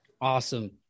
Awesome